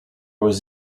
was